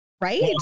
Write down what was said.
Right